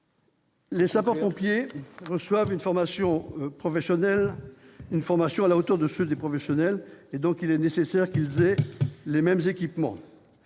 Les sapeurs-pompiers reçoivent une formation professionnelle une formation à la hauteur de ce des professionnels et donc il est nécessaire qu'ils aient les mêmes équipements